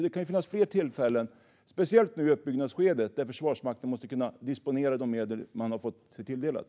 Det kan ju finnas fler tillfällen, speciellt nu i uppbyggnadsskedet, där Försvarsmakten måste kunna disponera de medel man har fått sig tilldelade.